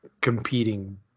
competing